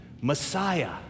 Messiah